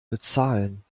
bezahlen